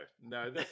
no